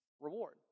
reward